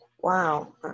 wow